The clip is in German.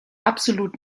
absolut